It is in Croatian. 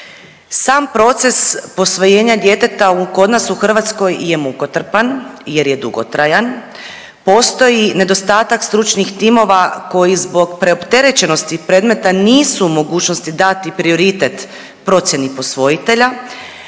Sam proces posvojenja djeteta kod nas u Hrvatskoj je mukotrpan, jer je dugotrajan. Postoji nedostatak stručnih timova koji zbog preopterećenosti predmeta nisu u mogućnosti dati prioritet procjeni posvojitelja,